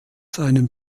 seinem